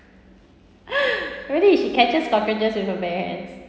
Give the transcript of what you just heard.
really she catches cockroaches with her bare hands